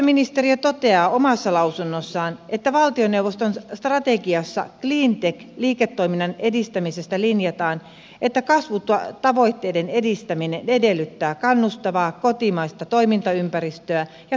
ympäristöministeriö toteaa omassa lausunnossaan että valtioneuvoston strategiassa cleantech liiketoiminnan edistämisestä linjataan että kasvutavoitteiden edistäminen edellyttää kannustavaa kotimaista toimintaympäristöä ja toimivaa kotimarkkinaa